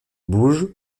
bouge